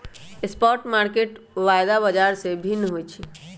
spot market वायदा बाजार से भिन्न होइ छइ